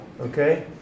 Okay